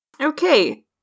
Okay